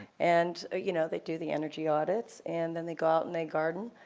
and you know, they do the energy audits, and then they go out and they garden,